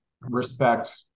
respect